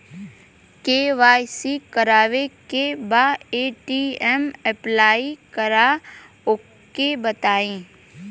KYC करावे के बा ए.टी.एम अप्लाई करा ओके बताई?